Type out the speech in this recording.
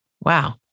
wow